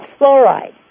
Fluoride